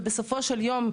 ובסופו של יום,